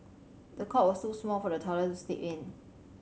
the cot was too small for the toddler to sleep in